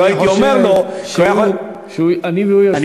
הוא לא היה פעיל לא הייתי אומר לו אני והוא יושבים